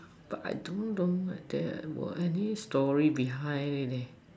but I don't know there were any story behind it leh